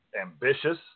ambitious